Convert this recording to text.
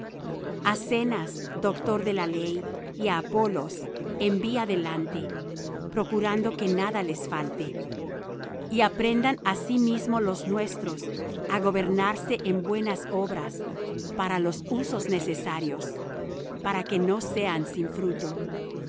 a zenas doctor de la ley y á apolos envía delante procurando que nada les falte y aprendan asimismo los nuestros á gobernarse en buenas obras para los usos necesarios para que no sean sin fruto